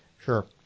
Sure